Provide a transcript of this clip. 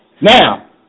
Now